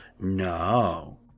No